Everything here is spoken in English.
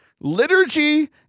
liturgy